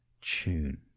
tune